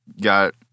got